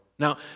Now